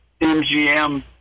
MGM